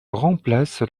remplace